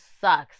sucks